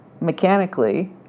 mechanically